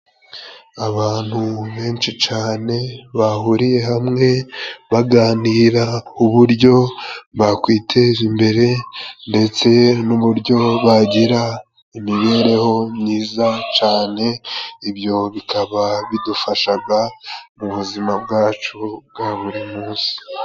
Abantu benshi cane bahuriye hamwe baganira uburyo bakwiteza imbere, ndetse n'uburyo bagira imibereho myiza cane. Ibyo bikaba bidufashaga mu buzima bwacu bwa buri munsi.